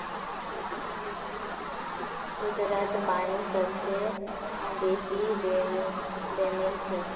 कुदरतत पानी सबस बेसी बेमेल छेक